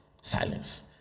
Silence